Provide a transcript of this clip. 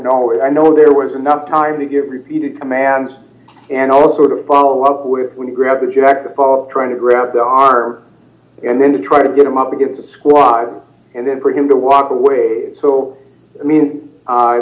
if i know there was enough time to get repeated commands and also to follow up with when you grab the jacket fall trying to grab the r and then to try to get him up against a squad and then for him to walk away so i mean